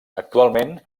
actualment